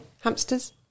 Hamsters